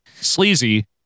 Sleazy